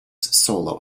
solo